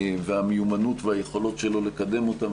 והמיומנות והיכולות שלו לקדם אותם.